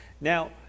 Now